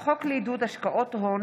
ההתייעלות הכלכלית (תיקוני חקיקה להשגת יעדי